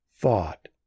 thought